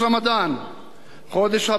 חודש רמדאן, חודש הברכה,